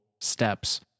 steps